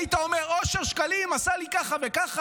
היית אומר: אושר שקלים עשה לי כך וכך,